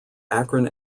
akron